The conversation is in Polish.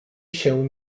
się